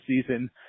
season